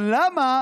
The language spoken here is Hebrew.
אבל למה